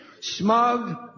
Smug